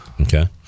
Okay